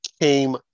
came